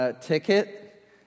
Ticket